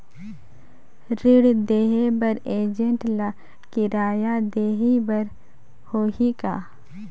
ऋण देहे बर एजेंट ला किराया देही बर होही का?